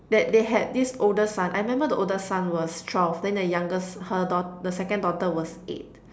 that they had this older son I remember the older son was twelve then the youngest her da~ the second daughter was eight